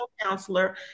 counselor